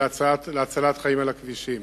ולהצלת חיים על הכבישים.